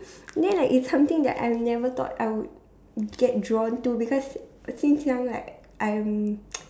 then like it's something that I will never thought I would get drawn to because since young right I'm